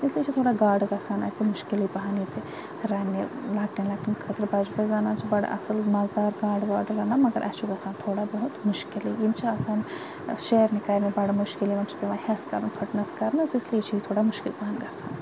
اِسلیے چھِ گاڈٕ گَژھان اَسہِ مُشکِلٕے پَہَن ییٚتہِ رَننہِ لَکٹٮ۪ن لَکٹٮ۪ن خٲطرٕ بَجہ بَجہ زَنان چھِ بَڑٕ اصل مَزٕ دار گاڈٕ واڈٕ رَنان مگر اَسہِ چھُ گَژھان تھوڑا بہت مُشکِلٕے یِم چھِ آسان شیر نہِ کَرنہِ بَڑٕ مُشکِل یِمَن چھُ پیٚوان ہیٚس کَرُن پھٕٹنَس کَرنَس اَسلیے چھ یہِ تھوڑا مُشکِل پَہَن گَژھان